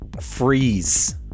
freeze